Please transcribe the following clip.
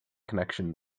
connection